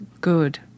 good